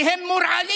כי הם מורעלים.